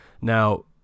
Now